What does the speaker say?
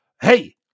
Hey